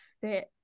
fit